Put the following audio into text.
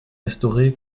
restaurée